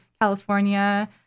california